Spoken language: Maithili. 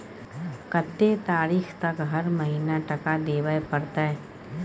कत्ते तारीख तक हर महीना टका देबै के परतै?